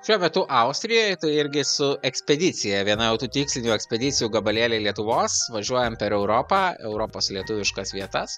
šiuo metu austrijoj tai irgi su ekspedicija viena auto tikslinių ekspedicijų gabalėliai lietuvos važiuojam per europą europos lietuviškas vietas